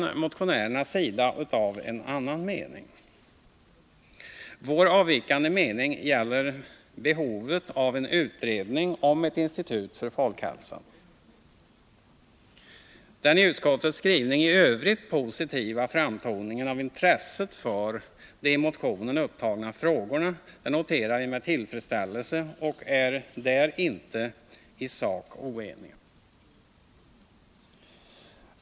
Motionärerna är av en annan mening. Vår avvikande mening gäller behovet av en utredning om ett institut för folkhälsan. Den i utskottets skrivning i övrigt positiva framtoningen av intresset för de i motionen upptagna frågorna noteras med tillfredsställelse. Här är vi inte oeniga i sak.